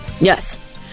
Yes